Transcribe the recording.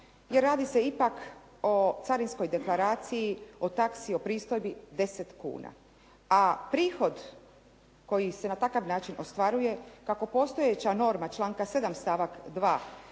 jer radi se ipak o carinskoj deklaraciji, o taksi, o pristojbi 10 kuna a prihod koji se na takav način ostvaruje kako postojeća norma članka 7. stavak 2.